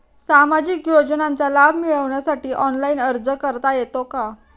सामाजिक योजनांचा लाभ मिळवण्यासाठी ऑनलाइन अर्ज करता येतो का?